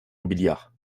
robiliard